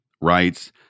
writes